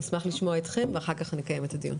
אני אשמח לשמוע אתכם ואחר כך נקיים את הדיון.